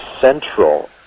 central